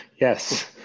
Yes